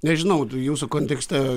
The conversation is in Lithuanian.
nežinau tų jūsų kontekste